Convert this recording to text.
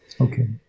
okay